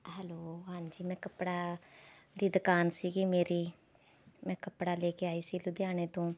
hello ਹਾਂਜੀ ਮੈਂ ਕੱਪੜਾ ਦੀ ਦੁਕਾਨ ਸੀ ਮੇਰੀ ਮੈਂ ਕੱਪੜਾ ਲੈ ਕੇ ਆਈ ਸੀ ਲੁਧਿਆਣੇ ਤੋਂ